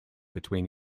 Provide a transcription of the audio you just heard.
between